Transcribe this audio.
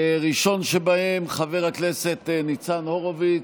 הראשון שבהם, חבר הכנסת ניצן הורוביץ,